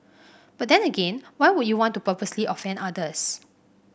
but then again why would you want to purposely offend others